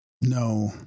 No